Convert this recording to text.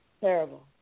Terrible